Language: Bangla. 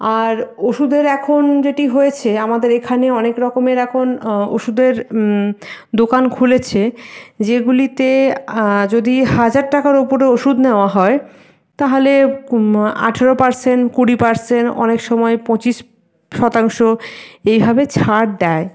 আর ওষুধের এখন যেটি হয়েছে আমাদের এখানে অনেক রকমের এখন ওষুধের দোকান খুলেছে যেগুলিতে যদি হাজার টাকার ওপরে ওষুধ নেওয়া হয় তাহলে আঠারো পারসেন্ট কুড়ি পারসেন্ট অনেক সময় পঁচিশ শতাংশ এইভাবে ছাড় দেয়